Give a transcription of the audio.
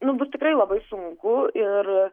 nu bus tikrai labai sunku ir